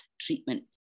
treatment